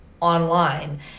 online